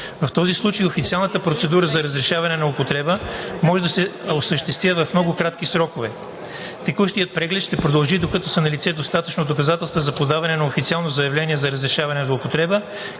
В този случай официалната процедура за разрешаване за употреба може да се осъществи в много кратки срокове. Текущият преглед ще продължи, докато са налице достатъчно доказателства за подаване на официално заявление за разрешаване за употреба,